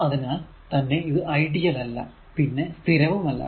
അതിനാൽ തന്നെ ഇത് ഐഡിയൽ അല്ല പിന്നെ സ്ഥിരവും അല്ല